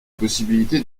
possibilité